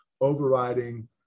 overriding